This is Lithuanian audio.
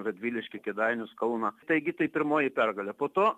radviliškį kėdainius kauną taigi tai pirmoji pergalė po to